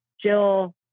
Jill